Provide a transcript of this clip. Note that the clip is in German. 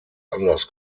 anders